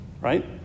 right